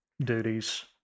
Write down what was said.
duties